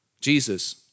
Jesus